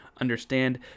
understand